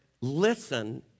listen